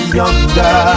younger